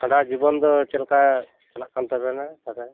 ᱠᱷᱟᱸᱰᱟᱣ ᱡᱤᱵᱚᱱ ᱫᱚ ᱪᱮᱫ ᱞᱮᱠᱟ ᱪᱟᱞᱟᱜ ᱠᱟᱱ ᱛᱟᱵᱮᱱᱟ ᱛᱟᱦᱚᱞᱮ